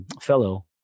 fellow